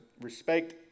respect